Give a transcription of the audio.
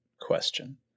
question